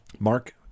Mark